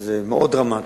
זה מאוד דרמטי,